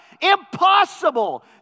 Impossible